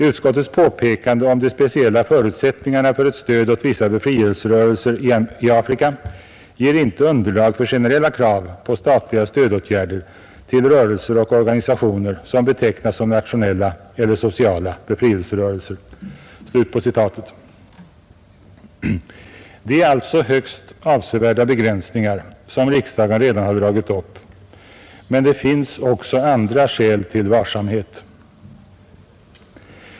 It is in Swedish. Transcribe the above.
Utskottets påpekande om de speciella förutsättningarna för stöd åt vissa befrielserörelser i Afrika ger inte underlag för generella krav på statliga stödåtgärder till rörelser och organisationer, som betecknas som nationella eller sociala befrielserörelser.” Det är alltså högst avsevärda begränsningar som riksdagen redan har dragit upp, men det finns också andra skäl till varsamhet.